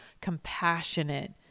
compassionate